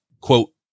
quote